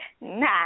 Nah